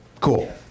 Cool